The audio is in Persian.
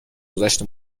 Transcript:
گذشت